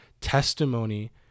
testimony